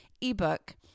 ebook